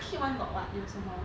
kid [one] got what 有什么